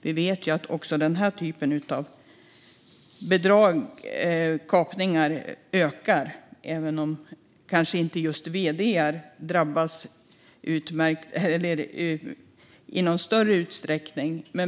Vi vet också att identitetskapningar ökar, även om kanske inte just vd:ar drabbas i någon större utsträckning.